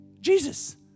Jesus